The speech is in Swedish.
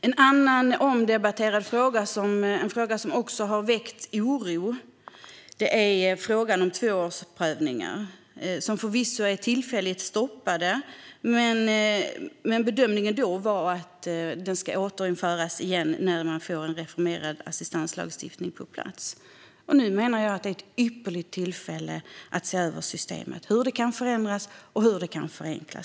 En annan omdebatterad fråga som också har väckt oro är den om tvåårsomprövningar. De är förvisso tillfälligt stoppade, men bedömningen var tidigare att de ska återinföras när man får en reformerad assistanslagstiftning på plats. Jag menar att detta är ett ypperligt tillfälle att se över systemet i fråga om hur det kan förändras och hur det kan förenklas.